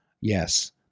Yes